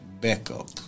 Backup